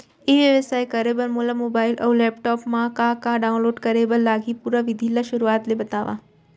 ई व्यवसाय करे बर मोला मोबाइल अऊ लैपटॉप मा का का डाऊनलोड करे बर लागही, पुरा विधि ला शुरुआत ले बतावव?